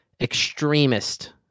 extremist